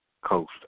coast